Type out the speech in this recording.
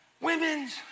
Women's